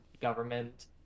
government